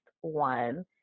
one